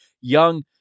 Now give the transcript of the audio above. young